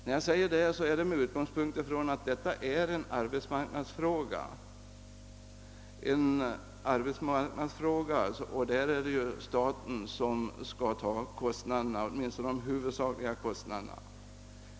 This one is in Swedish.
När jag säger detta är det med utgångspunkt i att detta är en arbetsmarknadsfråga, och där är det ju staten som skall svara för de huvudsakliga kostnaderna.